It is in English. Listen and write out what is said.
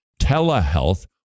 Telehealth